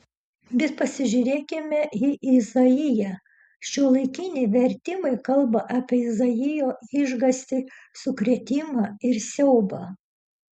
bet pasižiūrėkime į izaiją šiuolaikiniai vertimai kalba apie izaijo išgąstį sukrėtimą ir siaubą